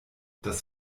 das